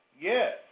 Yes